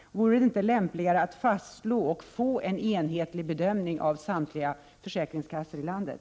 Vore det inte lämpligare att fastslå och få en enhetlig bedömning av samtliga försäkringskassor i landet?